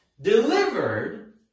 delivered